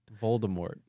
Voldemort